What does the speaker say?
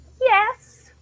Yes